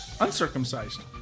Uncircumcised